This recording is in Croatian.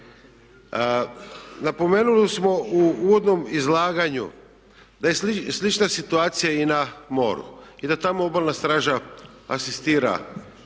Napomenuli smo u uvodnom izlaganju da je slična situacija i na moru i da tamo Obalna straža asistira